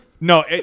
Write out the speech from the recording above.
No